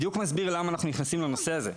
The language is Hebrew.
אני בדיוק מסביר למה אנחנו מכניסים לנושא הזה.